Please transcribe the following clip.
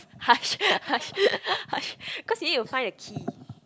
harsh harsh harsh cause you need to find the key